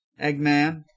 Eggman